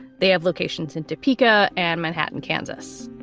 they have locations in topeka and manhattan, kansas.